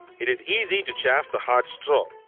it is easy to chaff the hard straw.